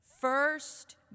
First